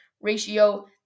ratio